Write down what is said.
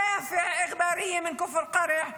שאפע איגבארייה מכפר קרע,